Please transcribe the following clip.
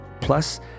plus